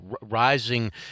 rising